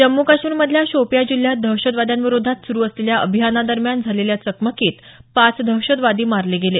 जम्मू काश्मीरमधल्या शोपिया जिल्ह्यात दहशतवाद्यांविरोधात सुरु असलेल्या अभियानादरम्यान झालेल्या चकमकीत पाच दहशतवादी मारले गेले